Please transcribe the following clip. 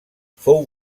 fou